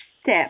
step